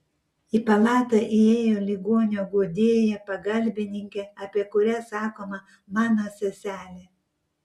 į palatą įėjo ligonio guodėja pagalbininkė apie kurią sakoma mano seselė